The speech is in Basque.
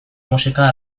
musika